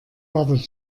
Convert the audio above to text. wartet